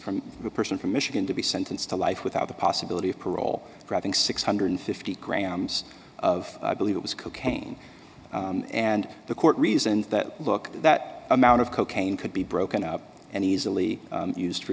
from a person from michigan to be sentenced to life without the possibility of parole grabbing six hundred fifty grams of i believe it was cocaine and the court reasoned that look that amount of cocaine could be broken up and easily used for